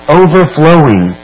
overflowing